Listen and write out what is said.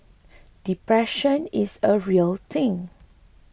depression is a real thing